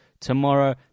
tomorrow